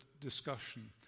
discussion